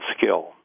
skill